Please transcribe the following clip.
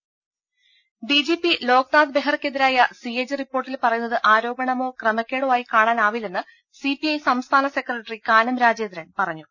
രുമ ഡിജിപി ലോക്നാഥ്ബെഹ്റക്കെതിരായി സിഎജി റിപ്പോർട്ടിൽ പറയുന്നത് ആരോപണമോ ക്രമക്കേടോ ആയി കാണാനാവില്ലെന്ന് സിപിഐ സംസ്ഥാന സെക്രട്ടറി കാനം രാജേന്ദ്രൻ പറഞ്ഞു